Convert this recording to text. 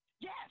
Yes